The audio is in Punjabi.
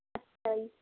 ਅੱਛਾ ਜੀ